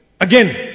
again